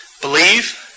Believe